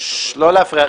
לא להפריע.